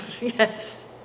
Yes